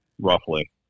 Roughly